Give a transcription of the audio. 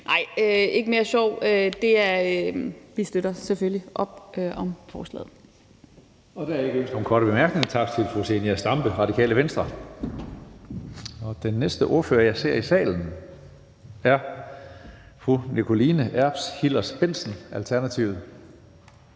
Nej, ikke mere sjov. Vi støtter selvfølgelig op om forslaget.